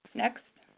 next.